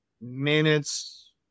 minutes